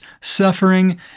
suffering